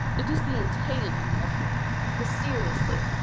it is the entail, my love mysteriously.